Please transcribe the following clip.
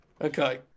Okay